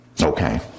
Okay